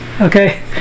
Okay